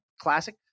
classic